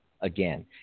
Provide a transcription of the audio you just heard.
again